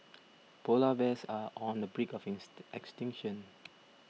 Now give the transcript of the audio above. Polar Bears are on the brink of is extinction